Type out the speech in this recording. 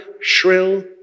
shrill